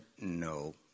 no